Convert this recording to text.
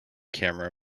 camera